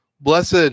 Blessed